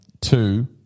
two